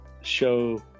show